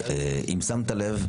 אם שמת לב,